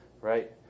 right